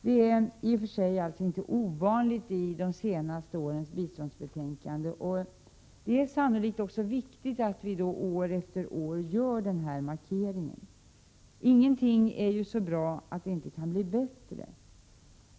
Det är i och för sig inte ovanligt i de senaste årens biståndsbetänkanden, och det är sannolikt också viktigt att vi år efter år gör den markeringen. Ingenting är ju så bra att det inte kan bli bättre.